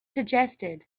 suggested